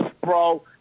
bro